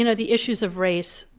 you know the issues of race.